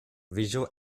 visual